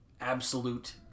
absolute